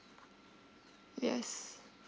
yes